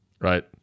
Right